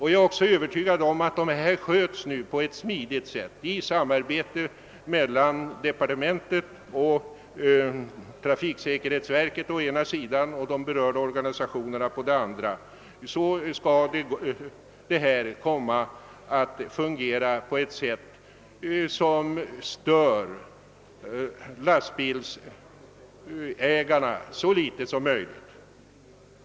Jag är också övertygad att om detta sköts på ett smidigt sätt i samarbete mellan departementet och trafiksäkerhetsverket å ena sidan och de berörda organisationerna å den andra, kommer det att fungera på ett sätt som stör lastbilsägarna så litet som möjligt.